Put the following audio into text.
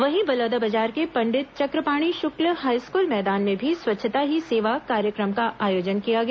वहीं बलौदाबाजार के पंडित चक्रपाणि शुक्ल हाईस्कूल मैदान में भी स्वच्छता ही सेवा कार्यक्रम का आयोजन किया गया